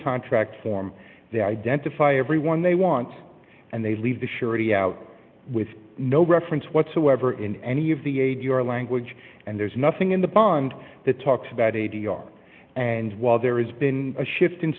contract form they identify everyone they want and they leave the surety out with no reference whatsoever in any of the a d r language and there's nothing in the bond that talks about a d r and while there is been a shift in